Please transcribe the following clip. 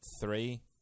three